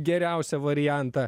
geriausią variantą